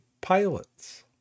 pilots